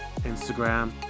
Instagram